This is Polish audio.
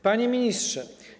Panie Ministrze!